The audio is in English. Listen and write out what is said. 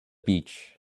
beach